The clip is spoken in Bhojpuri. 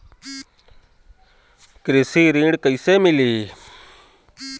कृषि ऋण कैसे मिली?